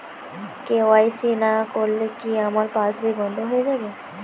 KYC না করলে কি আমার পাশ বই বন্ধ হয়ে যাবে?